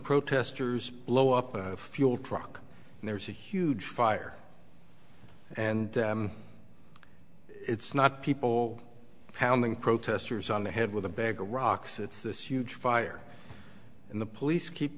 protesters blow up a fuel truck and there's a huge fire and it's not people pounding protesters on the head with a bag or rocks it's this huge fire and the police keep